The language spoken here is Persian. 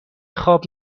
خواب